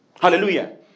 Hallelujah